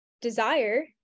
desire